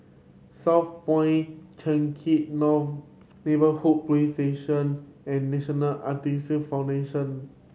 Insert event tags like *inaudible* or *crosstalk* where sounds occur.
Southpoint Changkat *unintelligible* Neighbourhood Police Station and National *unintelligible* Foundation